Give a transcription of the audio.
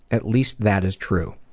at least that is true.